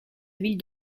ville